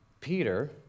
Peter